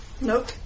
Nope